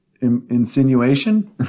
Insinuation